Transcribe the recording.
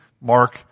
Mark